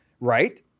right